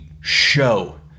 show